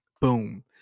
Boom